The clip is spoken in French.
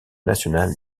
national